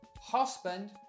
husband